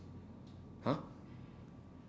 !huh!